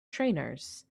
trainers